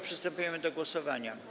Przystępujemy do głosowania.